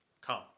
come